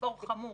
מחסור חמור,